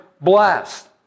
blast